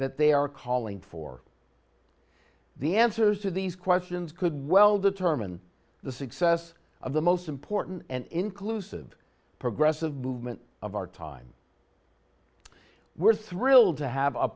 that they are calling for the answers to these questions could well determine the success of the most important and inclusive progressive movement of our time we're thrilled to have a